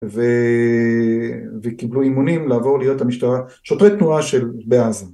וקיבלו אימונים לעבור להיות המשטרה, שוטרי תנועה של…בעזה.